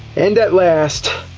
and at last,